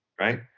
right